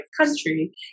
country